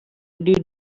did